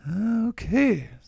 Okay